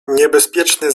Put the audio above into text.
niebezpieczny